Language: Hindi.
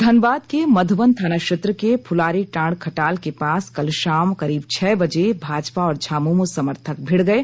धनबाद के मधुबन थाना क्षेत्र के फुलारीटांड़ खटाल के पास कल शाम करीब छह बजे भाजपा और झामुमो समर्थक भिड़ गये